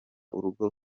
urugo